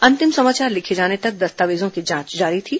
अंतिम समाचार लिखे जाने तक दस्तावेजों की जांच जारी थी